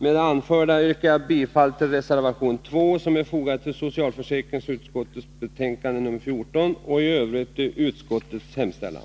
Med det anförda yrkar jag bifall till reservation 2, som är fogad till socialförsäkringsutskottets betänkande nr 14, och i övrigt till utskottets hemställan.